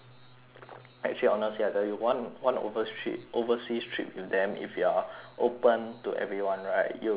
actually honestly I tell you one one overs~ overseas trip with them if you are open to everyone right you will be close to them